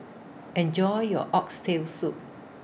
Enjoy your Oxtail Soup